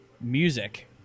music